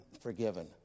forgiven